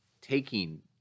taking